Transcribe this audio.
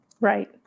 right